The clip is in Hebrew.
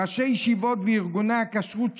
ראשי ישיבות וארגוני הכשרות,